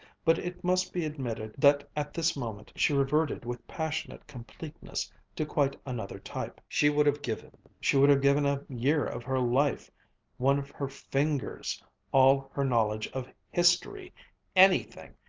but it must be admitted that at this moment she reverted with passionate completeness to quite another type. she would have given she would have given a year of her life one of her fingers all her knowledge of history anything!